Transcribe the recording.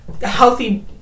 healthy